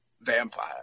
vampire